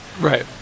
Right